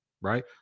Right